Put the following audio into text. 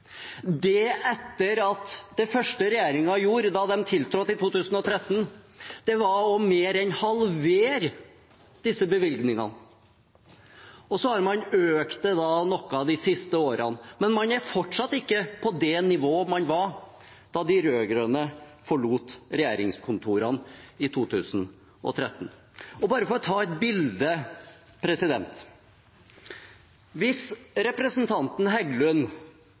etter at det første regjeringen gjorde da den tiltrådte i 2013, var å mer enn halvere disse bevilgningene. Så har man økt det noe de siste årene, men man er fortsatt ikke på det nivået man var da de rød-grønne forlot regjeringskontorene i 2013. For å gi et bilde på det: La oss si at representanten Heggelund